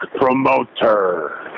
promoter